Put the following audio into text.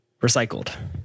recycled